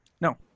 no